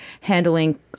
handling